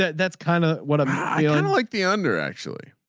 that's kind of what um i ah um like the under actually.